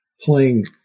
playing